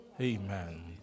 Amen